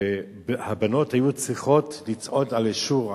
שהבנות היו צריכות לצעוד עלי שור,